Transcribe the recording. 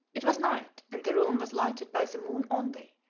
it was night, and the room was lighted by the moon only,